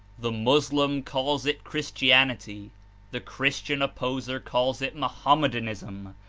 the moslem calls it christianity the christian opposer calls it mohammedanism,